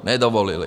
Nedovolili.